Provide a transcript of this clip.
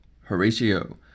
Horatio